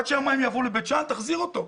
עד שהמים יעברו לבית שאן, תחזירו אותו.